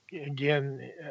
Again